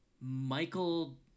Michael